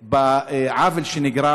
בעוול שנגרם